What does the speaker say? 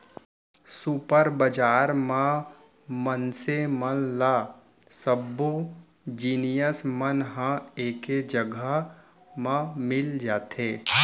super बजार म मनसे मन ल सब्बो जिनिस मन ह एके जघा म मिल जाथे